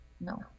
No